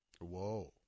Whoa